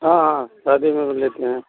हाँ हाँ शादी में भी लेते हैं